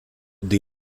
die